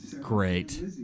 great